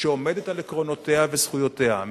שעומדת על עקרונותיה וזכויותיה,